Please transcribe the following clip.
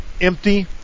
empty